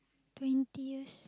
twenty years